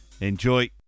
Enjoy